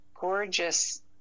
gorgeous